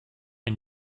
and